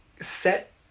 set